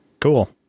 Cool